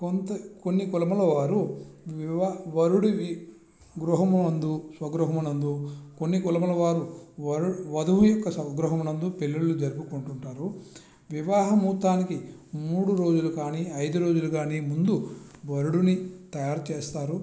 కొన్ని కులములవారు వివాహ వరుడి గృహమునందు స్వగృహమునందు కొన్ని కులములు వారు వధువు యొక్క స్వగృహం నందు పెళ్ళిళ్ళు జరుపుకుంటూ ఉంటారు వివాహ ముహూర్తానికి మూడు రోజులు కాని ఐదు రోజులు కాని ముందు వరుడుని తయారు చేస్తారు